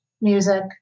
music